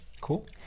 cool